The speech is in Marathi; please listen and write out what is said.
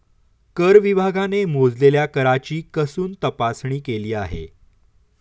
कर विभागाने मोजलेल्या कराची कसून तपासणी केली आहे